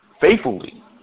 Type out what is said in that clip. faithfully